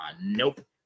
Nope